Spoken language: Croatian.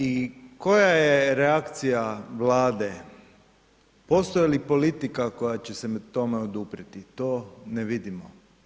I koja je reakcija Vlade, postoji li politika koja će se tome oduprijeti, to ne vidimo.